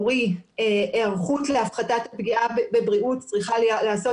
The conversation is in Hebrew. היערכות להפחתת פגיעה בבריאות צריכה להיעשות